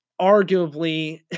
arguably